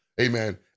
amen